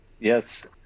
Yes